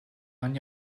man